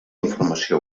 informació